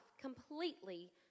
completely